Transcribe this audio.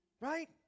Right